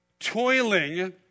toiling